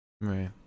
Right